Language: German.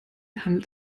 handelt